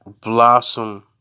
blossom